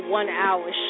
one-hour